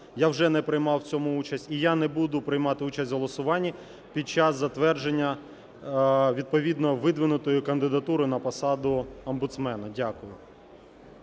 я вже не приймав у цьому участь. І я не буду приймати участь в голосуванні під час затвердження відповідно видвинутої кандидатури на посаду омбудсмена. Дякую.